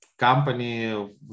Company